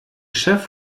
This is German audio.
chef